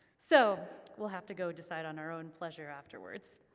so we'll have to go decide on our own pleasure afterwards.